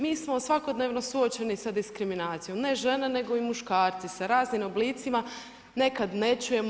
Mi smo svakodnevno suočeni sa diskriminacijom, ne žene nego i muškarci sa raznim oblicima, nekad ne čujemo.